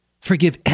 Forgive